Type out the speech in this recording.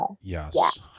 Yes